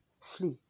Flee